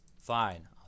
Fine